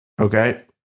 Okay